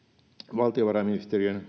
valtiovarainministeriön